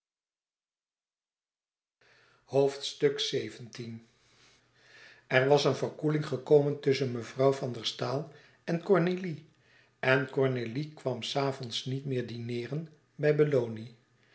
er was eene verkoeling gekomen tusschen mevrouw van der staal en cornélie en cornélie kwam s avonds niet meer dineeren bij